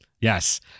yes